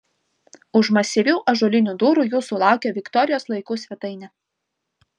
už masyvių ąžuolinių durų jūsų laukia viktorijos laikų svetainė